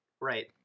Right